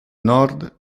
nord